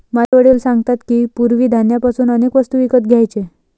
माझे वडील सांगतात की, पूर्वी धान्य पासून अनेक वस्तू विकत घ्यायचे